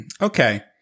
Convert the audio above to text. Okay